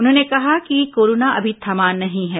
उन्होंने कहा कि कोरोना अभी थमा नहीं है